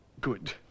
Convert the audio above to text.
Good